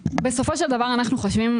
בסופו של דבר אנחנו חושבים,